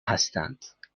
هستند